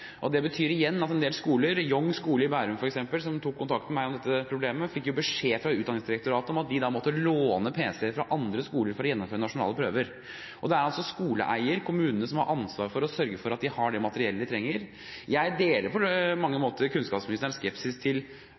Det betyr igjen at en del skoler, Jong skole i Bærum f.eks., som tok kontakt med meg om dette problemet, fikk beskjed fra Utdanningsdirektoratet om at de måtte låne pc-er fra andre skoler for å gjennomføre nasjonale prøver. Det er altså skoleeier, kommunene, som har ansvaret for å sørge for at de har det materiellet de trenger. Jeg deler på mange måter kunnskapsministerens skepsis til